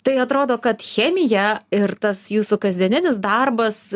tai atrodo kad chemija ir tas jūsų kasdieninis darbas